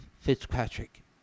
Fitzpatrick